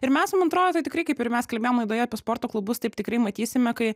ir mes man atrodo tai tikrai kaip ir mes kalbėjom laidoje apie sporto klubus taip tikrai matysime kai